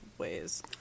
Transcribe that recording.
ways